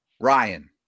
Ryan